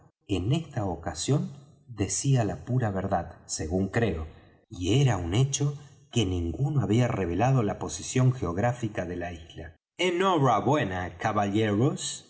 en esta ocasión decía la pura verdad según creo y era un hecho que ninguno había revelado la posición geográfica de la isla en hora buena caballeros